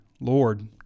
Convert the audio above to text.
Lord